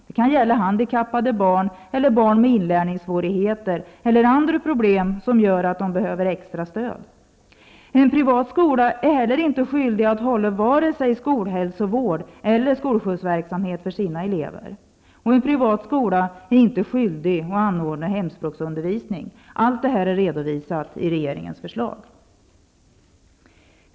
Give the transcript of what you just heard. Det kan gälla handikappade barn, barn med inlärningssvårigheter eller andra problem som gör att de behöver extra stöd. o En privat skola är inte skyldig att hålla vare sig skolhälsovård eller skolskjutsverksamhet för sina elever. o En privat skola är inte skyldig att anordna hemspråksundervisning. Allt det här är redovisat i regeringens förslag.